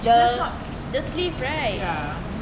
the the sleeve right